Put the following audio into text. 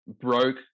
broke